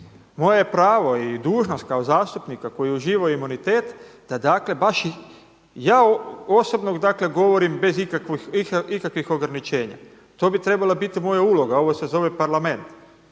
je pravo i dužnost kao zastupnika koji uživa imunitet da dakle baš, ja osobno dakle govorim bez ikakvih ograničenja. To bi trebala biti moja uloga, ovo se zove parlament.